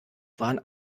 waren